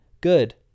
Good